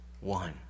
One